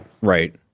Right